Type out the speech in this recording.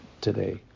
today